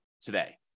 today